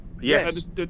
Yes